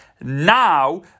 now